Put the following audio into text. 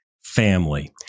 family